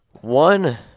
One